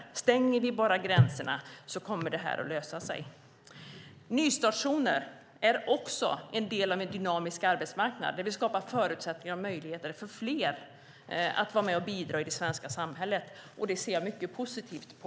Han tror att bara vi stänger gränserna kommer det här att lösa sig. Nystartszoner är också en del av en dynamisk arbetsmarknad där vi skapar förutsättningar och möjligheter för fler att vara med och bidra i det svenska samhället. Det ser jag mycket positivt på.